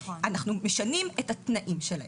אנחנו משנים את התנאים שלהם.